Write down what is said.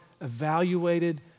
evaluated